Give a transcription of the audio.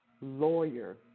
lawyer